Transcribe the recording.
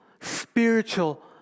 spiritual